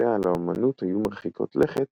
שהשפעותיה על האמנות היו מרחיקות לכת